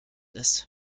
ist